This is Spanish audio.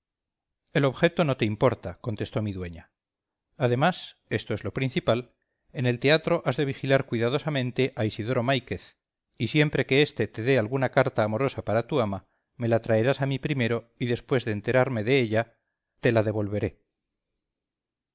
el objeto no te importa contestó mi dueña además esto es lo principal en el teatro has de vigilar cuidadosamente a isidoro máiquez y siempre que éste te dé alguna carta amorosa para tu ama me la traerás a mí primero y después de enterarme de ella te la devolveré